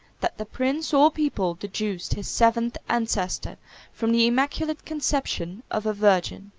that the prince or people deduced his seventh ancestor from the immaculate conception of a virgin.